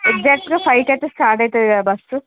exact ఫైవ్కు అయితే start అవుతుందిగా బస్సు